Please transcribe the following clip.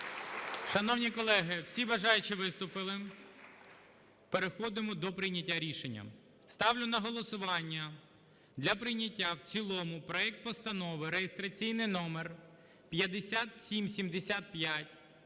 Шановні колеги, всі бажаючі виступили, переходимо до прийняття рішення. Ставлю на голосування для прийняття в цілому проект Постанови (реєстраційний номер 5775)